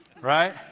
Right